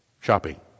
Shopping